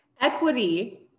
Equity